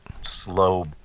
slow